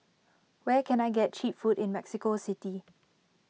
where can I get Cheap Food in Mexico City